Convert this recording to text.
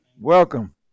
welcome